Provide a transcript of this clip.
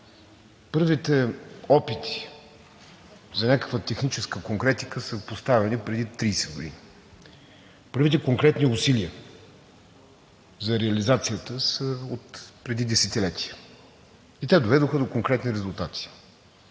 Първите опити за някаква техническа конкретика са поставени преди 30 години. Първите конкретни усилия за реализацията са отпреди десетилетия и те доведоха до конкретни резултати.